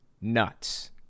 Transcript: nuts